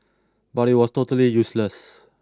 but it was totally useless